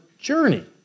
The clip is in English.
journey